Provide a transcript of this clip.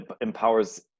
empowers